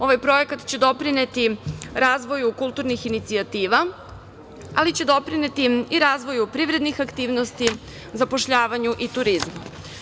Ovaj projekat će doprineti razvoju kulturnih inicijativa, ali će doprineti i razvoju privrednih aktivnosti, zapošljavanju i turizmu.